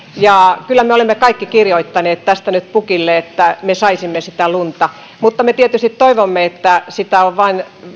ja kyllä me olemme nyt kaikki kirjoittaneet tästä pukille että me saisimme sitä lunta mutta me tietysti toivomme että sitä on vain